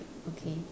okay